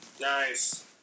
Nice